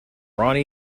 roni